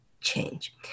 change